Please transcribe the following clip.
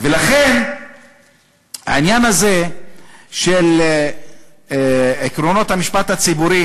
העניין הזה של עקרונות המשפט הציבורי